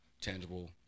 tangible